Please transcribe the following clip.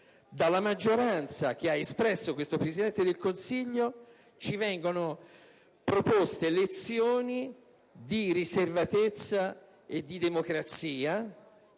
dalla maggioranza che ha espresso questo Presidente del Consiglio ci vengono proposte lezioni di riservatezza e di democrazia